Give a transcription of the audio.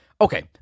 Okay